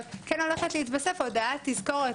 אבל כן הולכת להתווסף הודעת תזכורת